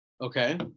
okay